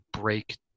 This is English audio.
break